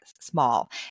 Small